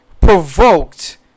provoked